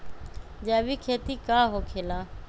जैविक खेती का होखे ला?